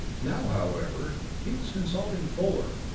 now, however, he was consulting fuller,